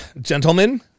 Gentlemen